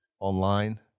Online